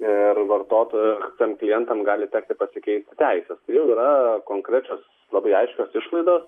ir vartotojų tiem klientam gali tekti pasikeisti teises tai jau yra konkrečios labai aiškios išlaidos